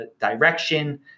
direction